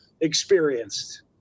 experienced